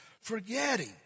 forgetting